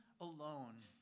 alone